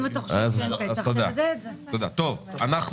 אם אתה